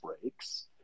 breaks